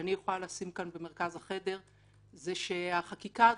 שאני יכולה לשים כאן במרכז החדר הוא שהחקיקה הזאת,